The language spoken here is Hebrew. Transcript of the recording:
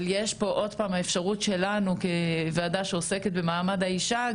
אבל יש פה עוד פעם האפשרות שלנו כוועדה שעוסקת במעמד האישה,